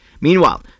Meanwhile